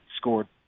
scored